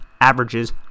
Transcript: averages